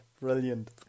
brilliant